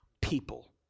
people